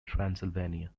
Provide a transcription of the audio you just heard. transylvania